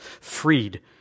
freed